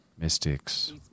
mystics